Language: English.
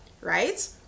right